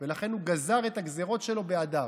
לכן הוא גזר את הגזרות שלו באדר.